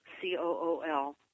COOL